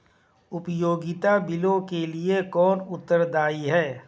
उपयोगिता बिलों के लिए कौन उत्तरदायी है?